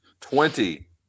twenty